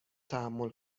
تحمل